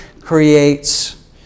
creates